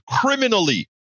criminally